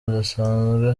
budasanzwe